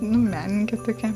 nu menininkė tokia